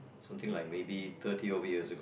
something like maybe thirty over years ago